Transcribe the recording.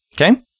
Okay